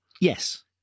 Yes